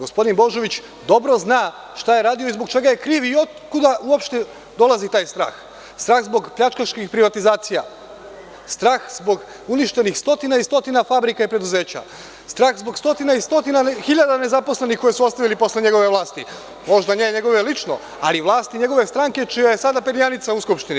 Gospodin Božović dobro zna šta je radio i zbog čega je kriv i otkuda uopšte dolazi taj strah, strah zbog pljačkaških privatizacija, strah zbog uništenih stotina i stotina fabrika i preduzeća, strah zbog stotina i stotina hiljada nezaposlenih koje ste ostavili posle njegove vlasti, možda ne njegove lično, ali vlast iz njegove stranke čija je sada perjanica u Skupštini.